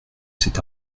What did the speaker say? cet